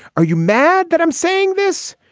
are you mad that i'm saying this?